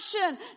passion